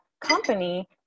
company